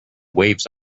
waves